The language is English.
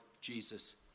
Jesus